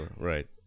Right